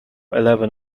eleven